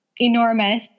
enormous